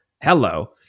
Hello